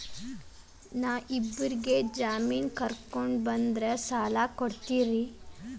ನಾ ಇಬ್ಬರಿಗೆ ಜಾಮಿನ್ ಕರ್ಕೊಂಡ್ ಬಂದ್ರ ಸಾಲ ಕೊಡ್ತೇರಿ?